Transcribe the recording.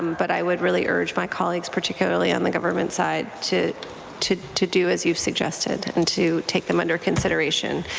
um but i would really urge my colleagues, particularly on the government side to to do as you suggested and to take them under consideration.